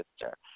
sister